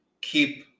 keep